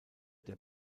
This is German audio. der